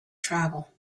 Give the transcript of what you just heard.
travel